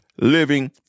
living